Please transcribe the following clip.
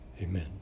amen